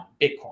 Bitcoin